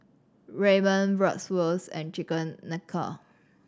Ramen Bratwurst and Chicken Tikka